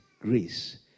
grace